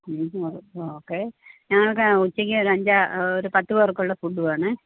അത് ഓക്കെ ഞാൻ ഒരു ആ ഉച്ചയ്ക്ക് ഒരു അഞ്ചാറ് ഒരു പത്ത് പേര്ക്കുള്ള ഫുഡ് വേണേ